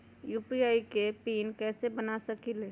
UPI के PIN कैसे बना सकीले?